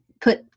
put